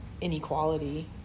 inequality